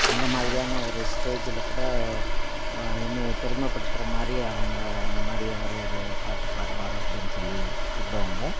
அந்த மாதிரியான ஒரு ஸ்டேஜில் கூட என்னையை பெருமைப்படுத்துற மாதிரியே அவங்க இந் மாதிரி அவர் ஒரு பாட்டு பாடுவார் அப்படின்னு சொல்லி கூப்பிடுவாங்க